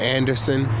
Anderson